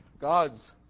god's